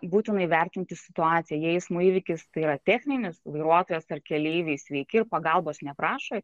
būtina įvertinti situaciją jei eismo įvykis tai yra techninis vairuotojas ar keleiviai sveiki ir pagalbos neprašo